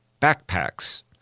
backpacks